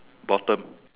bottom